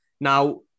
Now